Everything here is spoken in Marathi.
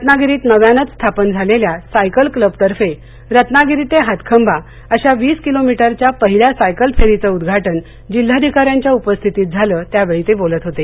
रत्नागिरीत नव्यानंच स्थापन झालेल्या सायकल क्लबतर्फे रत्नागिरी ते हातखंबा अशा वीस किलोमीटरच्या पहिल्या सायकल फेरीचं उद्घाटन जिल्हाधिकाऱ्यांच्या उपस्थितीत झालं त्यावेळी ते बोलत होते